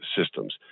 systems